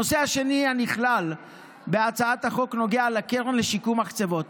הנושא השני הנכלל בהצעת החוק נוגע לקרן לשיקום מחצבות.